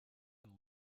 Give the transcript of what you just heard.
and